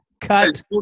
cut